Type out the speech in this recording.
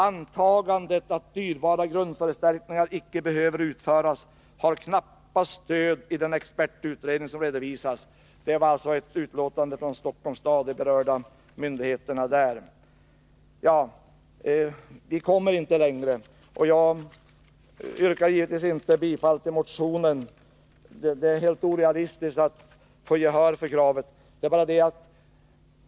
Antagandet att dyrbara grundförstärkningar icke behöver utföras har knappast stöd i den expertutredning som redovisas. — Detta var alltså ett utlåtande från berörda myndigheter i Stockholms kommun. Vi kommer inte längre, och jag yrkar givetvis inte bifall till motionen. Det är helt orealistiskt att försöka få gehör för motionskravet.